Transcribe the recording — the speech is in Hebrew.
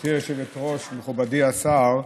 גברתי היושבת-ראש, מכובדי השר,